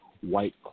white